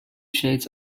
shades